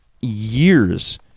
years